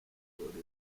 icyorezo